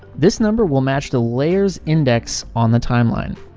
this number will match the layer's index on the timeline.